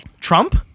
Trump